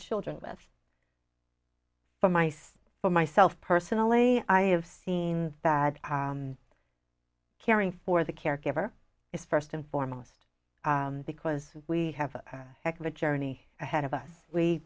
children with for mice for myself personally i have seen bad caring for the caregiver is first and foremost because we have a heck of a journey ahead of us we